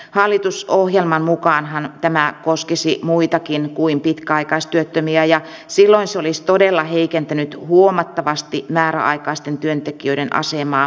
hallitusohjelman mukaanhan tämä koskisi muitakin kuin pitkäaikaistyöttömiä ja silloin se olisi todella heikentänyt huomattavasti määräaikaisten työntekijöiden asemaa monellakin tavalla